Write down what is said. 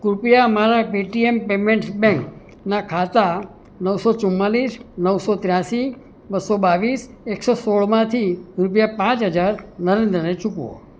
કૃપયા મારા Paytm payments bank ના ખાતા નવસો ચુમ્માળીસ નવસો ત્ર્યાંશી બસો બાવીસ એકસો સોળમાંથી રૂપિયા પાંચ હજાર નરેન્દ્રને ચૂકવો